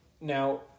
Now